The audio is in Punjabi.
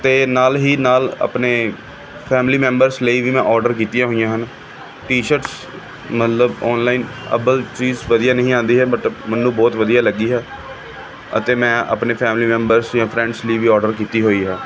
ਅਤੇ ਨਾਲ ਹੀ ਨਾਲ ਆਪਣੇ ਫੈਮਿਲੀ ਮੈਂਬਰਸ ਲਈ ਵੀ ਮੈਂ ਔਡਰ ਕੀਤੀਆਂ ਹੋਈਆਂ ਹਨ ਟੀ ਸ਼ਰਟਸ ਮਤਲਬ ਔਨਲਾਈਨ ਅੱਵਲ ਚੀਜ਼ ਵਧੀਆ ਨਹੀਂ ਆਉਂਦੀ ਹੈ ਬੱਟ ਮੈਨੂੰ ਬਹੁਤ ਵਧੀਆ ਲੱਗੀ ਹੈ ਅਤੇ ਮੈਂ ਆਪਣੇ ਫੈਮਿਲੀ ਮੈਂਬਰਸ ਜਾਂ ਫਰੈਂਡਸ ਲਈ ਵੀ ਔਡਰ ਕੀਤੀ ਹੋਈ ਹੈ